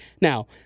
Now